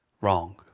wrong